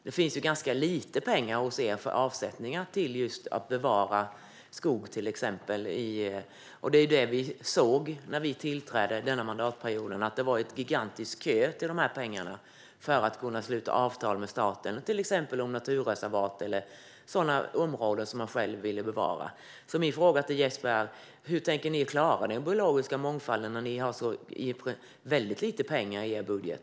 Det finns ju ganska lite pengar hos er för avsättningar till att bevara till exempel skog. Det var det vi såg när vi tillträdde denna mandatperiod - det var en gigantisk kö till pengarna för att sluta avtal med staten om till exempel naturreservat eller sådana områden som man själv vill bevara. Min fråga till Jesper är: Hur tänker ni klara den biologiska mångfalden när ni har så väldigt lite pengar till det i er budget?